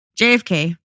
JFK